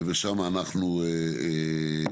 ושמה אנחנו נהיה.